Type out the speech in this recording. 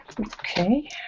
Okay